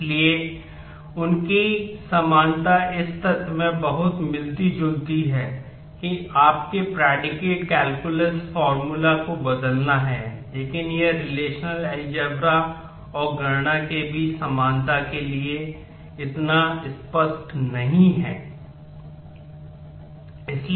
इसलिए उनकी समानता इस तथ्य से बहुत मिलती जुलती है कि आपके प्रेडीकेट कैलकुलस फार्मूला और गणना के बीच समानता के लिए इतना स्पष्ट नहीं है